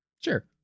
Sure